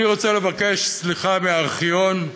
אני רוצה לבקש סליחה מהארכיון.